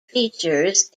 features